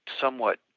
somewhat